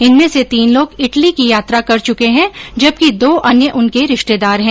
इनमें से तीन लोग इटली की यात्रा कर चुके हैं जबकि दो अन्य उनके रिश्तेदार हैं